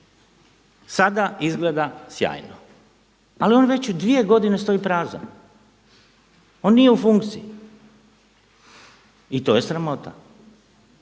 sada izgleda sjajno. Ali on već dvije godine stoji prazan, on nije u funkciji. I to je sramota.